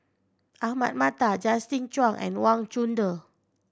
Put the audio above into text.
Ahmad Mattar Justin Zhuang and Wang Chunde